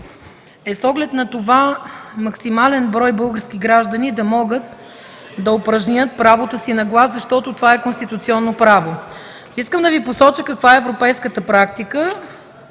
е с оглед на това максимален брой български граждани да могат да упражнят правото си на глас, защото това е конституционно право. Искам да Ви посоча каква е европейската практика.